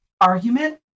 argument